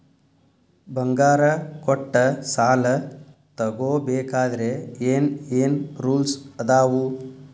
ಬಂಗಾರ ಕೊಟ್ಟ ಸಾಲ ತಗೋಬೇಕಾದ್ರೆ ಏನ್ ಏನ್ ರೂಲ್ಸ್ ಅದಾವು?